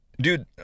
Dude